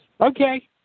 Okay